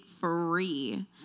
free